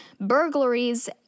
burglaries